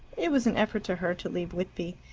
it was an effort to her to leave whitby,